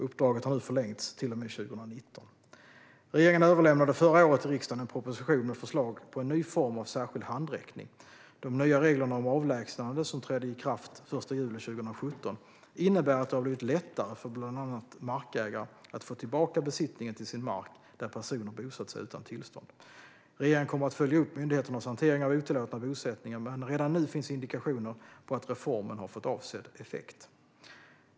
Uppdraget har nu förlängts till och med 2019. Regeringen överlämnade förra året till riksdagen en proposition med förslag på en ny form av särskild handräckning. De nya reglerna om avlägsnande, som trädde i kraft den 1 juli 2017, innebär att det har blivit lättare för bland annat markägare att få tillbaka besittningen till sin mark där personer bosatt sig utan tillstånd. Regeringen kommer att följa upp myndigheternas hantering av otillåtna bosättningar, men redan nu finns indikationer på att reformen har fått avsedd effekt.